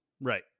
Right